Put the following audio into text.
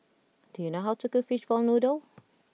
do you know how to cook Fishball Noodle